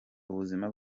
ubuzima